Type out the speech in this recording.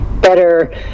better